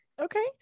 okay